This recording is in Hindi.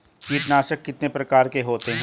कीटनाशक कितने प्रकार के होते हैं?